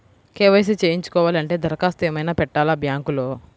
KYC చేయించుకోవాలి అంటే దరఖాస్తు ఏమయినా పెట్టాలా బ్యాంకులో?